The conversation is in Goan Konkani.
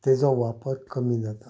ताजो वापर कमी जाता